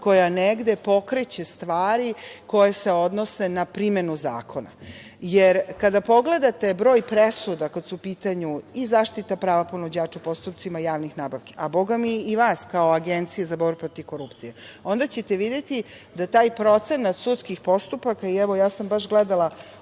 koja negde pokreće stvari koje se odnose na primenu zakona. Kada pogledate broj presuda kada su u pitanju i zaštita prava ponuđača u postupcima javnih nabavki, a Boga mi i vas kao Agencije za borbu protiv korupcije, onda ćete videti da taj procenat sudskih postupaka, evo i ja sam baš gledala